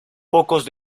pocos